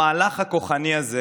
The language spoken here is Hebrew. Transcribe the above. המהלך הכוחני הזה